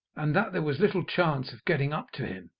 and that there was little chance of getting up to him.